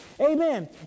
Amen